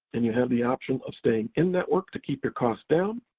and you have the option of staying in-network to keep your cost down,